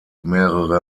mehrere